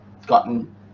gotten